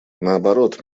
наоборот